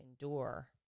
endure